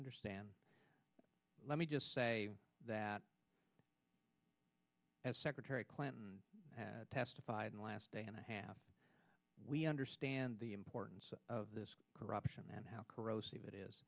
understand let me just say that as secretary clinton testified in the last day and a half we understand the importance of this corruption and how corrosive it is